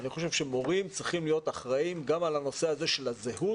אני חושב שמורים צריכים להיות אחראים גם על הנושא הזה של הזהות,